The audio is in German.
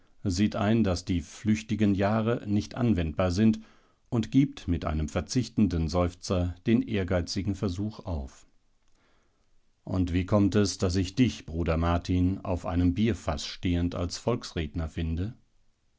sieht ein daß die flüchtigen jahre nicht anwendbar sind und gibt mit einem verzichtenden seufzer den ehrgeizigen versuch auf und wie kommt es daß ich dich bruder martin auf einem bierfaß stehend als volksredner finde